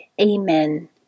Amen